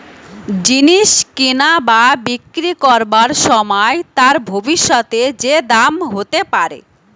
জিনিস কিনা বা বিক্রি করবার সময় তার ভবিষ্যতে যে দাম হতে পারে